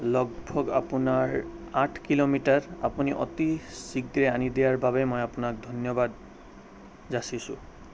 লগ ভগ আপোনাৰ আঠ কিলোমিটাৰ আপুনি অতি শীঘ্ৰে আনি দিয়াৰ বাবে মই আপোনাক ধন্যবাদ যাচিছোঁ